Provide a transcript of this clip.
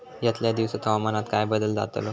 यतल्या दिवसात हवामानात काय बदल जातलो?